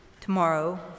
tomorrow